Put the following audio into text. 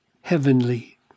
heavenly